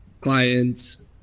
clients